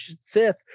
sith